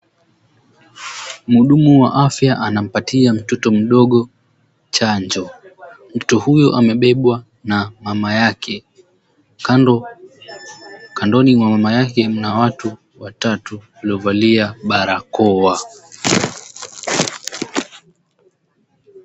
Mhudumu wa afya anampatia mtoto mdogo chanjo. Mtoto huyo amebebwa na mama yake. Kandoni mwa mama yake mna watu watatu waliovalia barakoa.